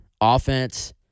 offense